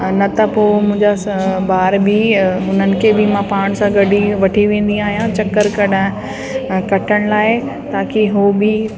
न त पोइ मुंहिंजा ॿार बि हुननि खे बि मां पाण सां गॾु वठी वेंदी आहियां चकरु कढाइण कटण लाइ ताकी हुओ बि